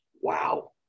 Wow